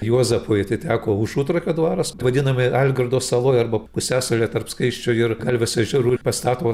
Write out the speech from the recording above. juozapui atiteko užutrakio dvaras vadinamoj algirdo saloj arba pusiasalyje tarp skaisčio ir galvės ežerų ir pastato